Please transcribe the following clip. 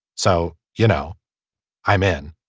so you know i'm in